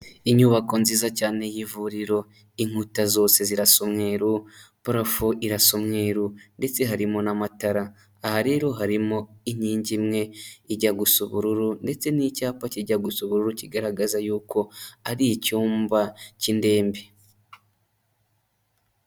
Inyubako nziza cyane y'ivuriro, inkuta zose zirasa umweru, parafo irasa umweru ndetse harimo n'amatara, aha rero harimo inkingi imwe ijya gusa ubururu ndetse n'icyapa kijya gusa ubururu, kigaragaza yuko ari icyumba cy'indembe.